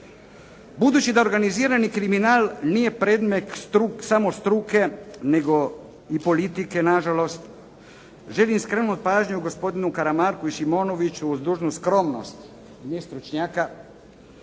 Budući da organizirani kriminal nije predmet samo struke, nego i politike nažalost, želim skrenuti pažnju gospodinu Karamarku i Šimonoviću uz dužnu skromnost nestručnjaka